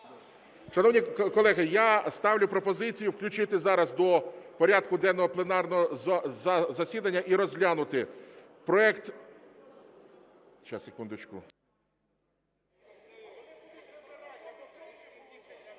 Шановні колеги, я ставлю пропозицію включити зараз до порядку денного пленарного засідання і розглянути проект… Зараз, 6524,